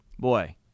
Boy